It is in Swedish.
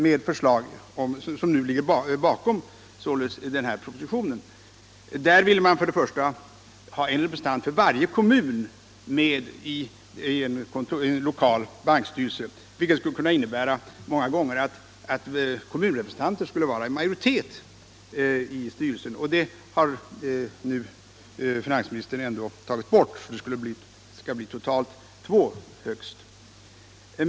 I den föreslogs att varje kommun skulle ha en representant i en lokal bankstyrelse, vilka många gånger skulle kunna innebära att kommunrepresentanterna skulle vara i majoritet i styrelsen. Det förslaget har finansministern ändå tagit bort — det skall bli högst två kommunala representanter.